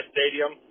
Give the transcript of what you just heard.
Stadium